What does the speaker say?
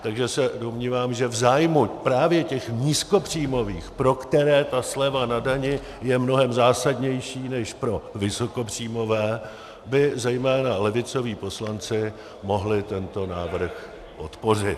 Takže se domnívám, že v zájmu právě těch nízkopříjmových, pro které ta sleva na dani je mnohem zásadnější než pro vysokopříjmové, by zejména levicoví poslanci mohli tento návrh podpořit.